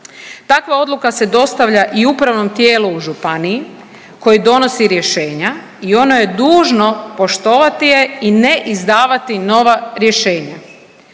Takva odluka se dostavlja i upravnom tijelu u županiji koji donosi rješenja i ono je dužno poštovati je i ne izdavati nova rješenja.